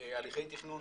בהליכי תכנון,